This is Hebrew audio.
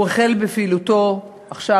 הוא החל בפעילותו עכשיו,